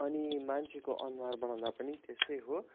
अनि मान्छेको अनुहार बनाउँदा पनि त्यस्तै हो